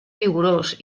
vigorós